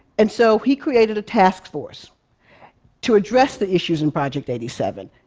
and so, he created a task force to address the issues in project eighty seven.